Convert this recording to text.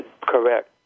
correct